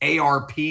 ARP